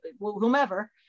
whomever